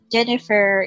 Jennifer